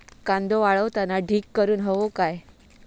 कांदो वाळवताना ढीग करून हवो काय?